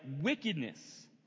wickedness